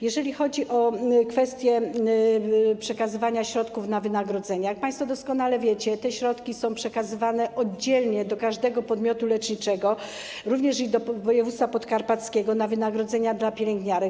Jeżeli chodzi o kwestie przekazywania środków na wynagrodzenia, jak państwo doskonale wiecie, te środki są przekazywane oddzielnie do każdego podmiotu leczniczego, również do województwa podkarpackiego, na wynagrodzenia dla pielęgniarek.